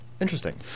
Interesting